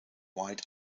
white